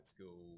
school